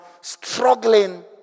struggling